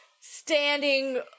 standing